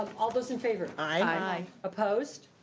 um all those in favor? aye. opposed?